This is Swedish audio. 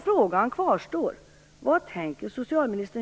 Frågan kvarstår: